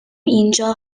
اینجا